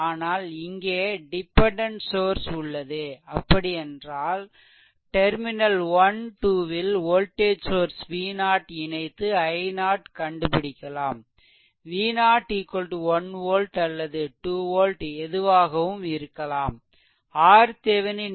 ஆனால் இங்கே dependent source உள்ளதுஅப்படியென்றால் டெர்மினல் 12 ல் வோல்டேஜ் சோர்ஸ் V0 இணைத்து i0 கண்டுபிடிக்கலாம் V0 1 volt அல்லது 2 volt எதுவாகவும் இருக்கலாம்